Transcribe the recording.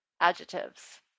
adjectives